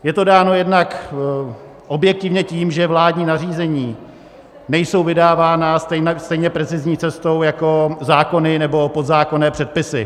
Je to dáno jednak objektivně tím, že vládní nařízení nejsou vydávána stejně precizní cestou jako zákony nebo podzákonné předpisy.